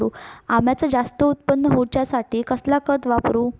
अम्याचा जास्त उत्पन्न होवचासाठी कसला खत वापरू?